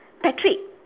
patrick